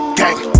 gang